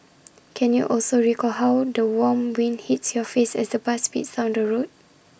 can you also recall how the warm wind hits your face as the bus speeds down the road